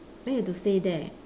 then you have to stay there